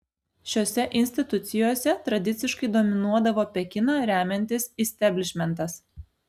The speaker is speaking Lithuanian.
šiose institucijose tradiciškai dominuodavo pekiną remiantis isteblišmentas